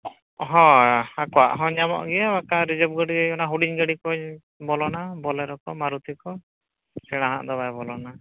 ᱦᱚᱭ ᱟᱠᱚᱣᱟᱜ ᱦᱚᱸ ᱧᱟᱢᱚᱜ ᱜᱮᱭᱟ ᱵᱟᱠᱷᱟᱱ ᱨᱤᱡᱟᱹᱵᱷ ᱜᱟᱹᱰᱤ ᱚᱱᱟ ᱦᱩᱰᱤᱝ ᱜᱟᱹᱰᱤᱠᱚ ᱵᱚᱞᱚᱱᱟ ᱵᱚᱞᱮᱨᱳᱠᱚ ᱢᱟᱨᱩᱛᱤᱠᱚ ᱥᱮᱬᱟᱣᱟᱜᱫᱚ ᱵᱟᱭ ᱵᱚᱞᱚᱱᱟ